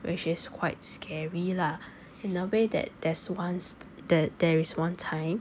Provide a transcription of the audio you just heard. which is quite scary lah in a way that there's once that there is one time